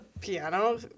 piano